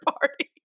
party